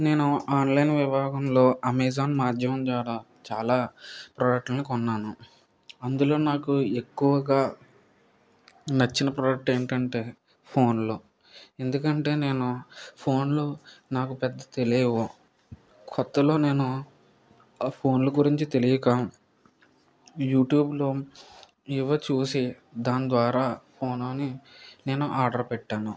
నేను ఆన్లైన్ విభాగంలో అమెజాన్ మాధ్యమం ద్వారా చాలా ప్రోడక్ట్లను కొన్నాను అందులో నాకు ఎక్కువగా నచ్చిన ప్రోడక్ట్ ఏంటంటే ఫోన్లు ఎందుకంటే నేను ఫోన్లు నాకు పెద్ద తెలియవు కొత్తలో నేను ఆ ఫోన్ల గురించి తెలియక యూట్యూబ్లో ఏవో చూసి దాని ద్వారా ఫోన్ని నేను ఆర్డర్ పెట్టాను